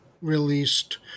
released